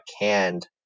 canned